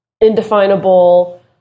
indefinable